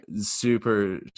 super